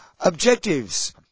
Objectives